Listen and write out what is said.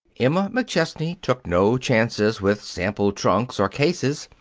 emma mcchesney took no chances with sample-trunks or cases.